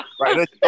right